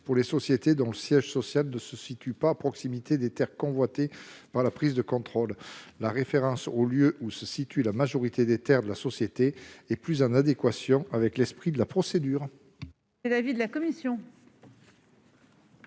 pour les sociétés dont le siège social ne se situe pas à proximité des terres convoitées dans le cadre de la prise de contrôle. La référence au lieu où se situe la majorité des terres de la société nous semble plus adéquate à l'esprit de la procédure visée. Quel est l'avis de la commission